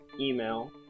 email